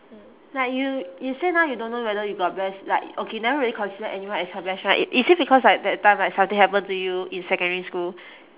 like you you say now you don't know whether you got best like okay never really consider anyone as your best friend i~ is it because like that time like something happen to you in secondary school